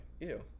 ew